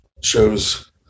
shows